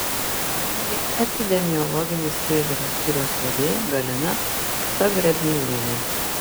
parengė epidemiologinės priežiūros skyriaus vedėja galina zagrebnevienė